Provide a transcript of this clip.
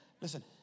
Listen